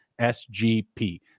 SGP